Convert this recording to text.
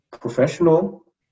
professional